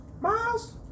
Miles